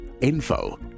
info